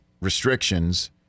restrictions